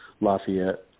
Lafayette